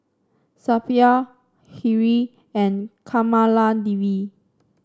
Suppiah Hri and Kamaladevi